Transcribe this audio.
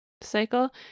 cycle